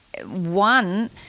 one